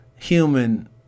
Human